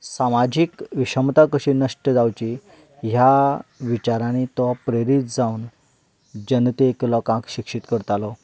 सामाजीक विशमता कशी नश्ट जावची ह्या विचारांनी तो प्रेरीत जावन जनतेक लोकांक शिक्षीत करतालो